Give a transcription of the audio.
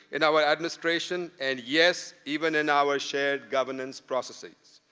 in our administration. and yes, even in our shared governance processes.